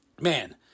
man